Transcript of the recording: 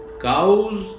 cows